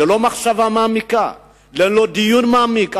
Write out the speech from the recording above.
ללא מחשבה מעמיקה, ללא דיון מעמיק.